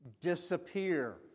disappear